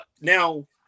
now